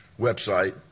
website